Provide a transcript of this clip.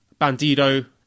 Bandido